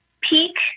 peak